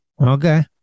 Okay